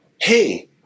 hey